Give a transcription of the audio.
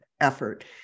effort